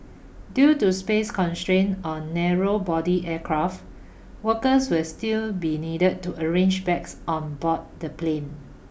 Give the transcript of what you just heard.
due to space constraints on narrow body aircraft workers will still be needed to arrange bags on board the plane